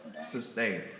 Sustain